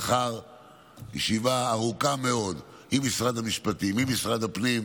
לאחר ישיבה ארוכה מאוד עם משרד המשפטים ועם משרד הפנים,